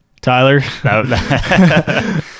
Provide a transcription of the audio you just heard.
Tyler